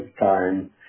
time